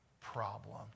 problem